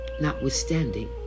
notwithstanding